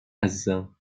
عزیزم